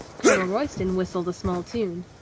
colonel roys ton whistled a small tune.